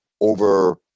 over –